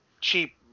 cheap